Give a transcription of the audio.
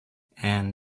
and